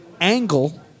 Angle